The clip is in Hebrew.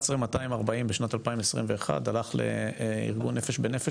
11.240 מיליון בשנת 2021 הלך לארגון "נפש בנפש",